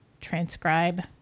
transcribe